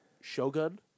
Shogun